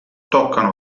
toccano